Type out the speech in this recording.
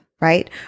right